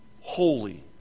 holy